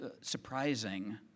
surprising